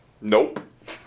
nope